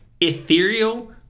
ethereal